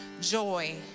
joy